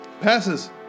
Passes